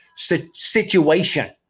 Situation